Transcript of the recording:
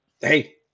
hey